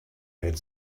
had